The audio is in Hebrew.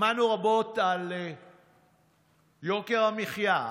שמענו רבות על יוקר המחיה,